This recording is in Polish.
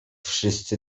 wszyscy